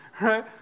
Right